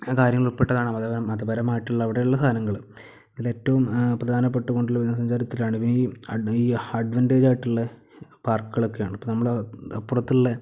കാര്യങ്ങൾ ഉൾപ്പെട്ടതാണ് മത മതപരമായിട്ടുള്ള അവിടെയുള്ള സാധനങ്ങള് അതിലേറ്റവും പ്രധാനപ്പെട്ടുകൊണ്ടുള്ള വിനോദസഞ്ചാരത്തില് ഈ ഹഡ് ആയിട്ടുള്ള പാർക്കുകളൊക്കെയാണ് ഇപ്പോൾ നമ്മള് അപ്പുറത്തുള്ള